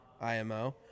IMO